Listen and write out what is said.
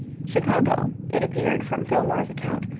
chicago, it appeared from fillmore's account,